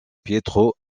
pietro